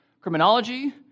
criminology